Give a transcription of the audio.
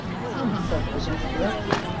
some are self-possessed directly,